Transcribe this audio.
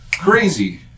Crazy